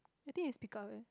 I think you speak up eh